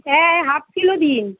অ্যাঁ half kilo দিন